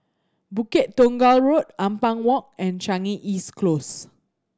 Bukit Tunggal Road Ampang Walk and Changi East Close